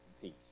peace